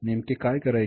नेमके काय करायचे